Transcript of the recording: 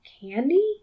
candy